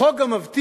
החוק גם מבטיח